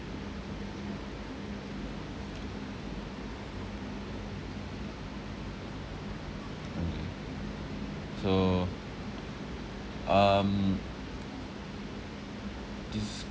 okay so um des~